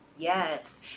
Yes